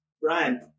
Brian